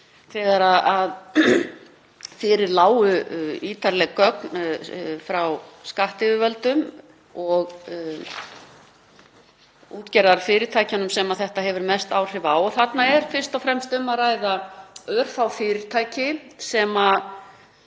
þegar fyrir lágu ítarleg gögn frá skattyfirvöldum og útgerðarfyrirtækjunum sem þetta hefur mest áhrif á. Þarna er fyrst og fremst um að ræða örfá fyrirtæki sem